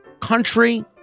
country